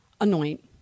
anoint